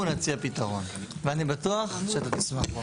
אנחנו נציע פתרון ואני בטוח שאתם תשמחו.